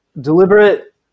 deliberate